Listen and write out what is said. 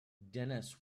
dennis